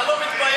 אתה לא מתבייש?